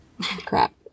Crap